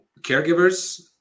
caregivers